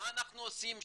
מה אנחנו עושים שם?